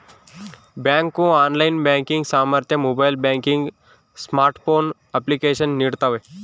bank online banking ಸಾಮರ್ಥ್ಯ mobile banking smartphone application ನೀಡ್ತವೆ